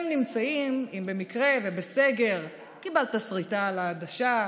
הם נמצאים אם במקרה ובסגר קיבלת שריטה על העדשה,